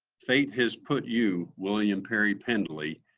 fate has put you, william perry pendley,